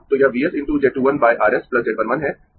तो यह V s × Z 2 1 R s Z 1 1 है